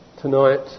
tonight